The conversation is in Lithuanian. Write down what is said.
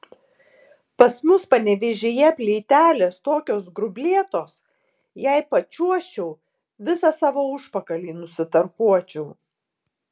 pas mus panevėžyje plytelės tokios grublėtos jei pačiuožčiau visą savo užpakalį nusitarkuočiau